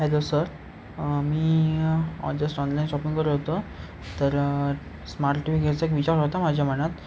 hello sir मी just online shopping करत होतो तर स्मार्ट टी व्ही घ्यायचा एक विचार होता माझ्या मनात